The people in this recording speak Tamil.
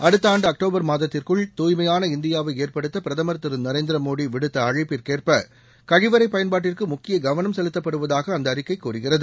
அடுத்த ஆண்டு அக்டோபர் மாதத்திற்குள் தூய்மையான இந்தியாவை ஏற்படுத்த பிரதமர் திரு நரேந்திர மோடி விடுத்த அளழப்பிற்கேற்ப கழிவறை பயன்பாட்டிற்கு முக்கிய கவனம் செலுத்தப்படுவதாக அந்த அறிக்கை கூறுகிறது